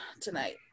tonight